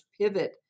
pivot